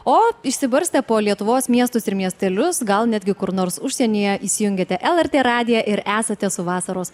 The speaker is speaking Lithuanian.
o išsibarstę po lietuvos miestus ir miestelius gal netgi kur nors užsienyje įsijungiate lrt radiją ir esate su vasaros